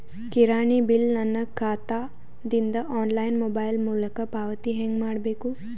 ಕಿರಾಣಿ ಬಿಲ್ ನನ್ನ ಖಾತಾ ದಿಂದ ಆನ್ಲೈನ್ ಮೊಬೈಲ್ ಮೊಲಕ ಪಾವತಿ ಹೆಂಗ್ ಮಾಡಬೇಕು?